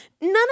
None